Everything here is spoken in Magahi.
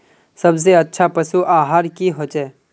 सबसे अच्छा पशु आहार की होचए?